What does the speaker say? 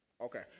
Okay